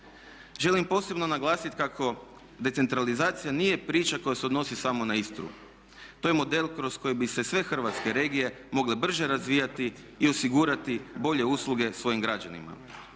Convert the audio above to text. Želim posebno naglasiti kako decentralizacija nije priča koja se odnosi samo na Istru, to je model kroz koji bi se sve hrvatske regije mogle brže razvijati i osigurati bolje usluge svojim građanima.